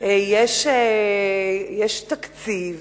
יש תקציב